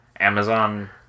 Amazon